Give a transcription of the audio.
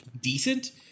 decent